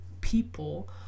people